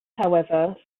however